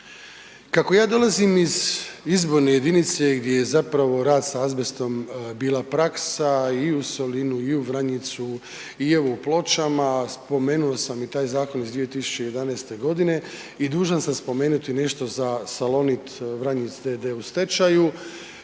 Kako ja dolazim iz izborne jedinice gdje je zapravo rad sa azbestom bila praksa i u Solinu i u Vranjicu i evo u Pločama, spomenuo sam i taj zakon iz 2011.g. i dužan sam spomenuti nešto za Salonit Vranjic d.d. u stečaju,